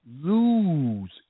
lose